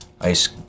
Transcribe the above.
ice